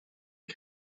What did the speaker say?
che